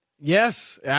Yes